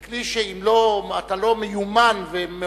זה כלי שאם אתה לא מיומן ומאומן,